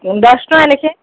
ଦଶ ଟଙ୍କା ଲେଖେ